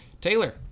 Taylor